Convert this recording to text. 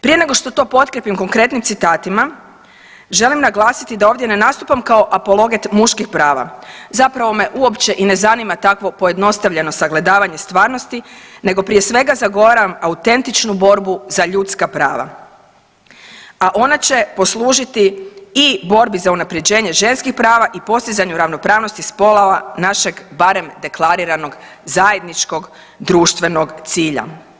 Prije nego što to potkrijepim konkretnim citatima želim naglasiti da ovdje ne nastupam kao apologet muških prava, zapravo me uopće i ne zanima takvo pojednostavljeno sagledavanje stvarnosti nego prije svega zagovaram autentičnu borbu za ljudska prava, a ona će poslužiti i borbi za unapređenje ženskih prava i postizanju ravnopravnosti spolova našeg barem deklariranog zajedničkog društvenog cilja.